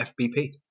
FBP